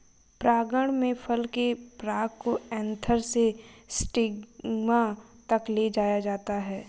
परागण में फल के पराग को एंथर से स्टिग्मा तक ले जाया जाता है